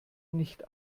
nicht